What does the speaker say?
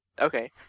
Okay